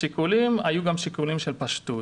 השיקולים היו גם שיקולים של פשטות.